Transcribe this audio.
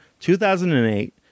2008